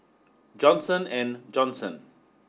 Johnson and Johnson